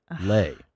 lay